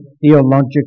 theological